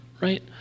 Right